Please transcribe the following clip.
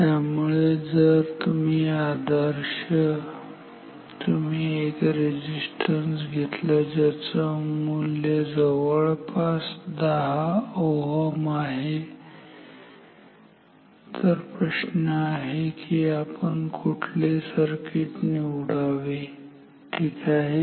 त्यामुळे जर तुम्ही एक रेझिस्टन्स घेतलं ज्याची मूल्य जवळपास 10Ω आहे तर प्रश्न आहे की आपण कुठले सर्किट निवडावे ठीक आहे